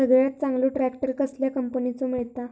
सगळ्यात चांगलो ट्रॅक्टर कसल्या कंपनीचो मिळता?